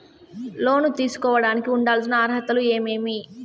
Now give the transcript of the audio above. లోను తీసుకోడానికి ఉండాల్సిన అర్హతలు ఏమేమి?